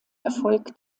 erfolg